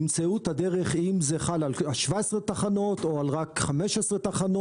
ימצאו את הדרך אם זה חל על 17 תחנות או רק על 15 תחנות.